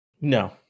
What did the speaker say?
No